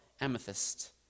amethyst